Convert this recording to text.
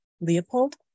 Leopold